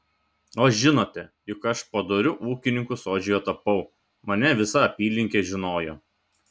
o žinote juk aš padoriu ūkininku sodžiuje tapau mane visa apylinkė žinojo